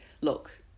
look